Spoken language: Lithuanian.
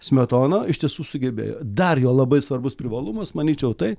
smetona iš tiesų sugebėjo dar jo labai svarbus privalumas manyčiau tai